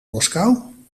moskou